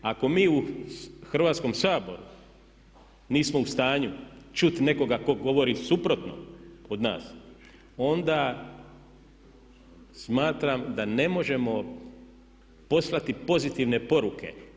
Ako mi u Hrvatskom saboru nismo u stanju čuti nekoga tko govori suprotno od nas onda smatram da ne možemo poslati pozitivne poruke.